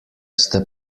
ste